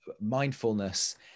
mindfulness